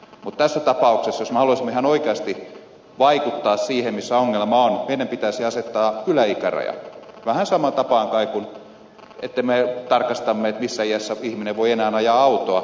mutta tässä tapauksessa jos me haluaisimme ihan oikeasti vaikuttaa siihen missä ongelma on meidän pitäisi asettaa yläikäraja vähän samaan tapaan kai kun me tarkastamme missä iässä ihminen voi enää ajaa autoa